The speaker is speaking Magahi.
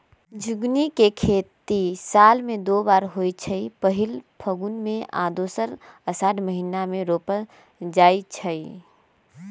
झिगुनी के खेती साल में दू बेर होइ छइ पहिल फगुन में आऽ दोसर असाढ़ महिना मे रोपल जाइ छइ